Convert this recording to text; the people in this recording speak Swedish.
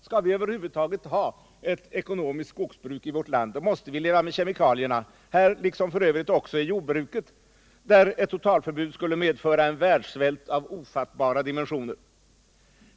Skall vi över huvud taget ha ett ekonomiskt skogsbruk i vårt land, måste vi leva med kemikalierna här liksom för övrigt också i jordbruket, där ett totalförbud skulle medföra en världssvält av ofattbara dimensioner.